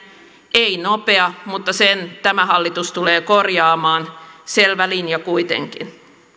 ei nopea mutta sen tämä hallitus tulee korjaamaan selvä linja kuitenkin